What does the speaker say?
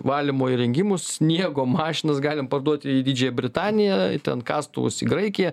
valymo įrengimus sniego mašinas galim parduoti į didžiąją britaniją ten kastuvus į graikiją